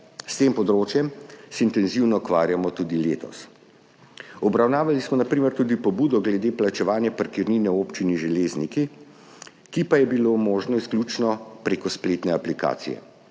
S tem področjem se intenzivno ukvarjamo tudi letos. Obravnavali smo na primer tudi pobudo glede plačevanja parkirnine v občini Železniki, ki pa je bilo možno izključno prek spletne aplikacije.